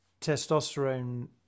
testosterone